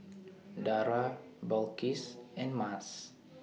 Dara Balqis and Mas